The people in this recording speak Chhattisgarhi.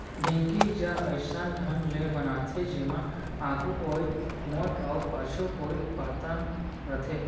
ढेंकी ज अइसन ढंग ले बनाथे जेमा आघू कोइत मोठ अउ पाछू कोइत पातन रथे